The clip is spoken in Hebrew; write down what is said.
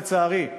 לצערי,